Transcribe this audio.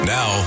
Now